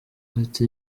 ati